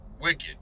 wicked